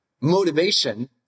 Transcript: motivation